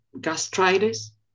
gastritis